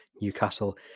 Newcastle